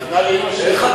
נתנה לאמא שלי את החיים.